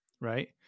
right